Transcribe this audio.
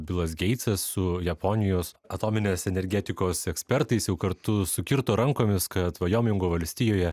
bilas geitsas su japonijos atominės energetikos ekspertais jau kartu sukirto rankomis kad vajomingo valstijoje